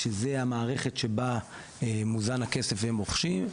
שזו המערכת שבה מוזן הכסף והם רוכשים,